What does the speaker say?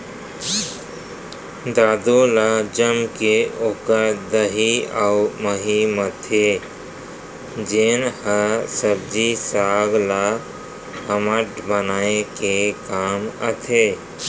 दूद ल जमाके ओकर दही अउ मही बनाथे जेन ह सब्जी साग ल अम्मठ बनाए के काम आथे